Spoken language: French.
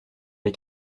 les